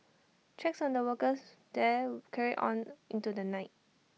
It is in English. checks on the workers there carried on into the night